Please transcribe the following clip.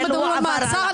אנחנו לא מדברים על מעצר,